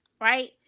right